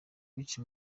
which